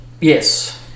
Yes